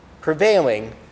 prevailing